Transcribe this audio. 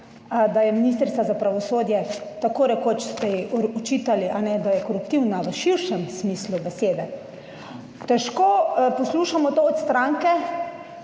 da je ministrica za pravosodje, tako rekoč ste ji očitali, da je koruptivna v širšem smislu besede. Težko poslušamo to od stranke,